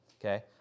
okay